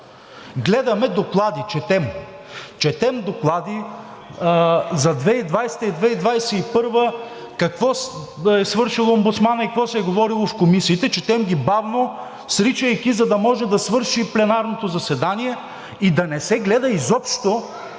Гледаме доклади, четем. Четем доклади за 2020 г. и 2021 г. – какво е свършил омбудсманът и какво се е говорило в комисиите. Четем ги бавно, сричайки, за да може да свърши пленарното заседание и да не се гледа изобщо